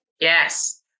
Yes